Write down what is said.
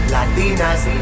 Latinas